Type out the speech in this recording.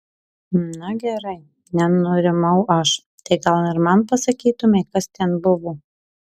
na gerai nenurimau aš tai gal man pasakytumei kas ten buvo